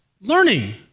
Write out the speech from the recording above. Learning